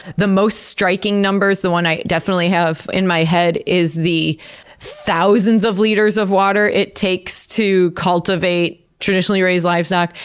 the most striking numbers, the one i definitely have in my head, is the thousands of liters of water it takes to cultivate traditionally raised livestock,